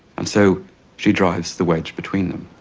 and so she drives the wedge between them.